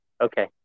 Okay